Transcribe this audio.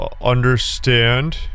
understand